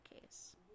case